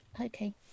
Okay